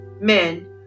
Men